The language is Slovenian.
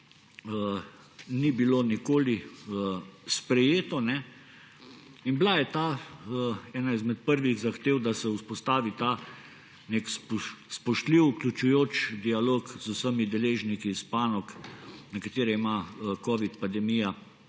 ni bilo nikoli sprejeto. Ena izmed prvih zahtev je bila, da se vzpostavi spoštljiv, vključujoč dialog z vsemi deležniki iz panog, na katere ima covid pandemija